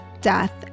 Death